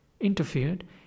interfered